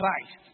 Christ